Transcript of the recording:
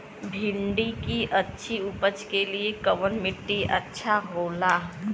भिंडी की अच्छी उपज के लिए कवन मिट्टी अच्छा होला?